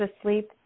asleep